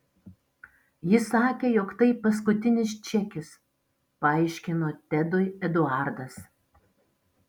ji sakė jog tai paskutinis čekis paaiškino tedui eduardas